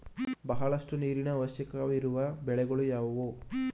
ಬಹಳಷ್ಟು ನೀರಿನ ಅವಶ್ಯಕವಿರುವ ಬೆಳೆ ಯಾವುವು?